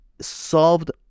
solved